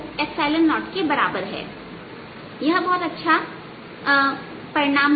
यह आच्छादित भाग के लिए बहुत अच्छा परिणाम है